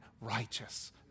righteous